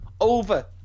over